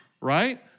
right